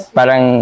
Parang